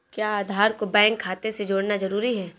क्या आधार को बैंक खाते से जोड़ना जरूरी है?